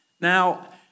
Now